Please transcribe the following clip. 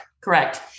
Correct